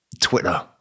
Twitter